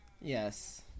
Yes